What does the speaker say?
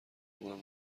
اونم